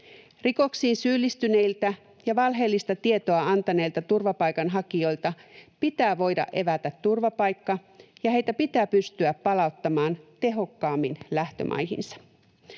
Rikoksiin syyllistyneiltä ja valheellista tietoa antaneilta turvapaikanhakijoilta pitää voida evätä turvapaikka ja heitä pitää pystyä palauttamaan tehokkaammin lähtömaihinsa.